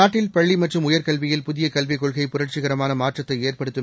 நாட்டில் பள்ளிமற்றும் உயர்கல்வியில் புதியகல்விக் கொள்கை புரட்சிகரமானமாற்றத்தைஏற்படுத்தும்